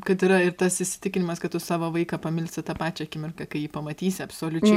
kad yra ir tas įsitikinimas kad tu savo vaiką pamilsi tą pačią akimirką kai jį pamatysi absoliučiai